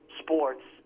sports